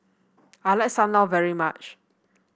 I like Sam Lau very much